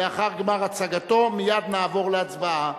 לאחר גמר הצגתו מייד נעבור להצבעה.